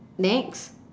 next